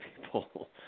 people